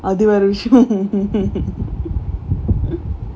அது ஒரு விஷம்:adhu oru visham